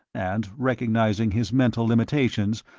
and recognizing his mental limitations,